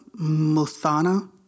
Muthana